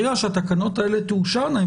ברגע שהתקנות האלה תאושרנה,